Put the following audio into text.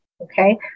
Okay